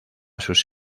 sus